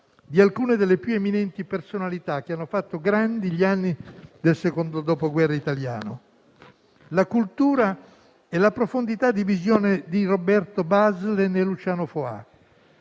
di alcune delle più eminenti personalità che hanno fatto grandi gli anni del secondo dopoguerra italiano: la cultura e la profondità di visione di Roberto Bazlen e Luciano Foà,